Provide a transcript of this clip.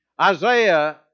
Isaiah